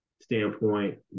standpoint